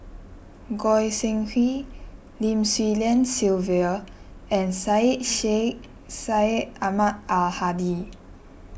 Goi Seng Hui Lim Swee Lian Sylvia and Syed Sheikh Syed Ahmad Al Hadi